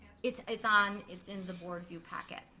it's it's on, it's in the board view packet.